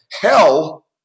Hell